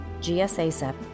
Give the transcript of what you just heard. GSASEP